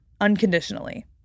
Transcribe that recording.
unconditionally